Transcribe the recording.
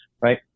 right